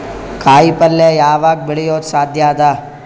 ಕಾಯಿಪಲ್ಯ ಯಾವಗ್ ಬೆಳಿಯೋದು ಸಾಧ್ಯ ಅದ?